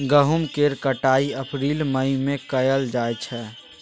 गहुम केर कटाई अप्रील मई में कएल जाइ छै